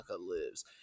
lives